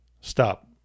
stop